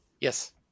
Yes